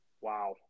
Wow